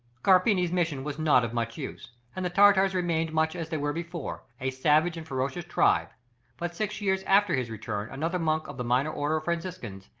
carpini's mission was not of much use, and the tartars remained much as they were before, a savage and ferocious tribe but six years after his return another monk of the minor order of franciscans,